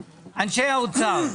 21. אנשי האוצר,